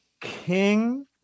King